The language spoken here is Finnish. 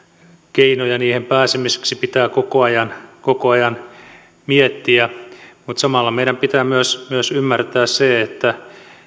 keinoja niihin pääsemiseksi pitää koko ajan koko ajan miettiä mutta samalla meidän pitää myös myös ymmärtää se että